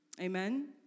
Amen